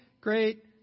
great